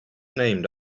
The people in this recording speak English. named